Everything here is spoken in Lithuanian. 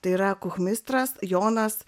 tai yra kuchmistras jonas